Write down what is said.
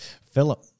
Philip